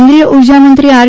કેન્દ્રીય ઉર્જામંત્રી આર